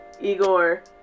Igor